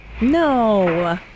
No